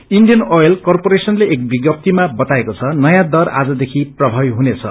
Indian oil करपोरेशनुले एक विम्नपिमा बताएको छ नयों दर आजदेखि प्रभावी हुनेछ